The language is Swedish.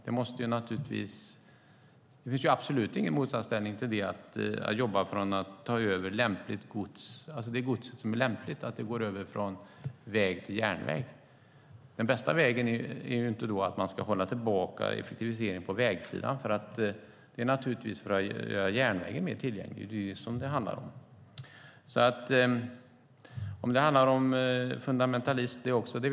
Det finns absolut ingen motsatsställning när det gäller att jobba för att ta över lämpligt gods från väg till järnväg. Den bästa vägen är inte att hålla tillbaka effektivisering på vägsidan. Det är naturligtvis att göra järnvägen mer tillgänglig; det är det som det handlar om. Om det också handlar om fundamentalism vet jag inte.